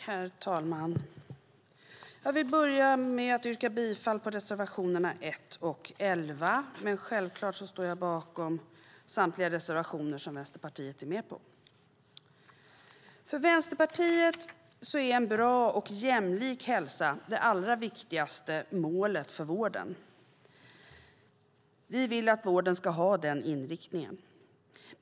Herr talman! Jag börjar med att yrka bifall till reservationerna 1 och 11. Självklart står jag dock bakom samtliga reservationer Vänsterpartiet är med på. För Vänsterpartiet är en bra och jämlik hälsa det allra viktigaste målet för vården. Vi vill att vården ska ha den inriktningen.